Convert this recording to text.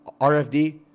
RFD